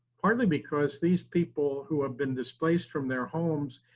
partly because these people who have been displaced from their homes,